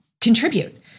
contribute